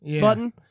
button